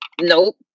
Nope